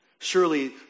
surely